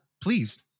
please